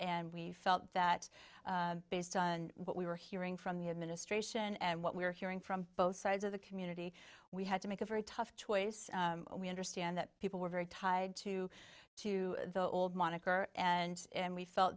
and we felt that based on what we were hearing from the administration and what we're hearing from both sides of the community we had to make a very tough choice we understand that people were very tied to to the old moniker and we felt